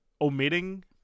omitting